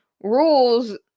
rules